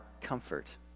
comfort